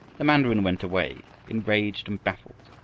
the mandarin went away enraged and baffled.